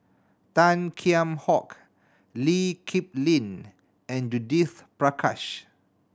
Tan Kheam Hock Lee Kip Lin and Judith Prakash